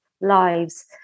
lives